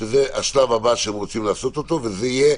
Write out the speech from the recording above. שזה השלב הבא שהם רוצים לעשות וזה יהיה